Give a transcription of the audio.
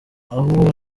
ahubwo